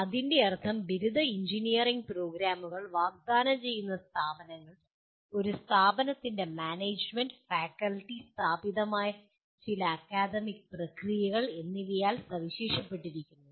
ഇതിന്റെ അർത്ഥം ബിരുദ എഞ്ചിനീയറിംഗ് പ്രോഗ്രാമുകൾ വാഗ്ദാനം ചെയ്യുന്ന സ്ഥാപനങ്ങൾ ഒരു സ്ഥാപനത്തിന്റെ മാനേജ്മെന്റ് ഫാക്കൽറ്റി സ്ഥാപിതമായ ചില അക്കാദമിക് പ്രക്രിയകൾ എന്നിവയാൽ സവിശേഷപ്പെട്ടിരിക്കുന്നു